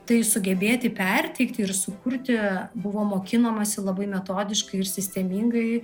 tai sugebėti perteikti ir sukurti buvo mokinamasi labai metodiškai ir sistemingai